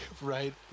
Right